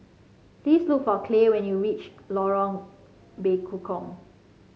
please look for Clay when you reach Lorong Bekukong